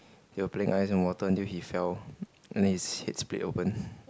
they were playing ice and water until he fell and then his head split open